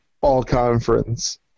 all-conference